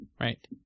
Right